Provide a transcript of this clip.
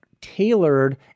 tailored